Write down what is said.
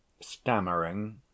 stammering